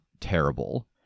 terrible